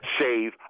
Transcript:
save